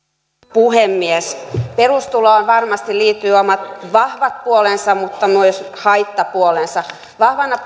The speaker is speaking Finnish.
puhemies perustuloon varmasti liittyvät omat vahvat puolensa mutta myös haittapuolensa vahvana